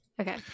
Okay